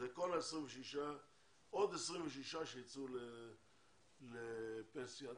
זה עוד 26 שייצאו לפנסיה.